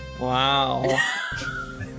Wow